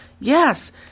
Yes